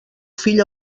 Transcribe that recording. fill